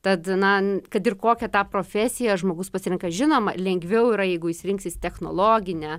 tad na kad ir kokią tą profesiją žmogus pasirenka žinoma lengviau yra jeigu jis rinksis technologinę